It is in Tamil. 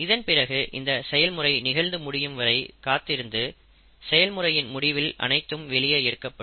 இதன் பிறகு இந்த செயல்முறை நிகழ்ந்து முடியும் வரை காத்திருந்து செயல்முறையில் முடிவில் அனைத்தும் வெளியே எடுக்கப்படும்